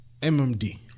MMD